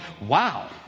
wow